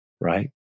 right